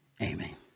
Amen